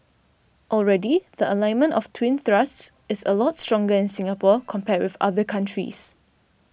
already the alignment of the twin thrusts is a lot stronger in Singapore compared with other countries